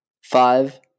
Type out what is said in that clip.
Five